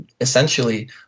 essentially